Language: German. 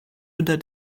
unter